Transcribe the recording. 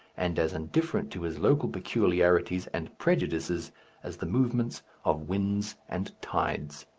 and as indifferent to his local peculiarities and prejudices as the movements of winds and tides.